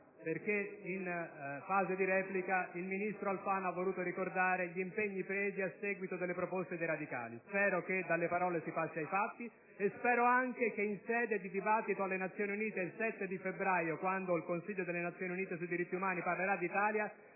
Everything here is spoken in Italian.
perché, in fase di replica, il ministro Alfano ha voluto ricordare gli impegni presi a seguito delle proposte dei radicali. Spero che dalle parole si passi ai fatti e anche che, in sede di dibattito presso le Nazioni Unite il 7 febbraio prossimo, quando il Consiglio delle Nazioni Unite sui diritti umani parlerà dell'Italia,